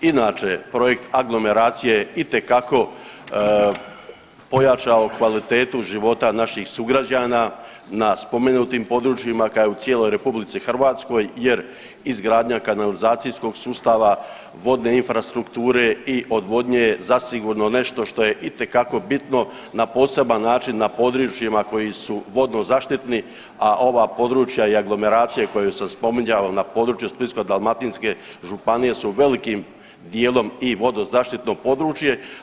Inače projekt aglomeracije je itekako pojačao kvalitetu života naših sugrađana na spomenutim područjima kao i u cijeloj RH jer izgradnja kanalizacijskog sustava, vodne infrastrukture i odvodnje je zasigurno nešto što je itekako bitno na poseban način na područjima koji su vodnozaštitni, a ova područja i aglomeracije koje ste spominjali na području Splitsko-dalmatinske županije su velikim dijelom i vodozaštitno područje.